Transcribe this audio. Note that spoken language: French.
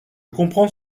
comprends